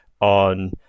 on